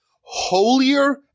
holier